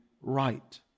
right